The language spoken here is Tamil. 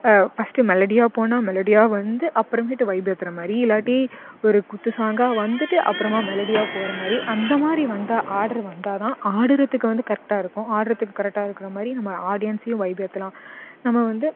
ஃபஸ்ட்டு மெலடியாக போனால் மெலடியாக வந்து அப்புறமேட்டு வைப் ஏத்துற மாதிரி இல்லாட்டி ஒரு குத்து சாங்காக வந்துவிட்டு அப்புறமா மெலடியாக போகிற மாதிரி அந்த மாதிரி வந்தால் ஆர்டர் வந்தால் தான் ஆடுறதுக்கு வந்து கரெக்டாக இருக்கும் ஆடுறதுக்கு கரெக்டாக இருக்கிற மாதிரி நம்ம ஆடியன்ஸ்ஸையும் வைப் ஏற்றலாம் நம்ம வந்து